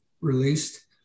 released